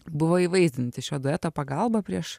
buvo įvaizdinti šio dueto pagalba prieš